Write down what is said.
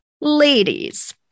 Ladies